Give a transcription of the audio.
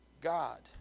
God